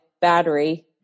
battery